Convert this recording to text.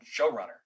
showrunner